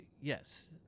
yes